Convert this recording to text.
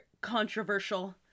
controversial